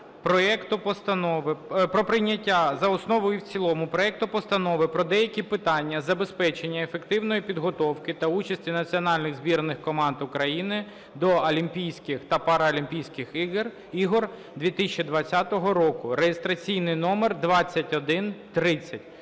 про прийняття за основу і в цілому проекту Постанови про деякі питання забезпечення ефективної підготовки та участі національних збірних команд України до Олімпійських та Паралімпійських ігор 2020 року (реєстраційний номер 2130).